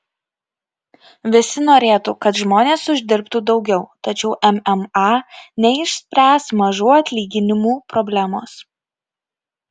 visi norėtų kad žmonės uždirbtų daugiau tačiau mma neišspręs mažų atlyginimų problemos